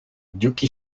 yuki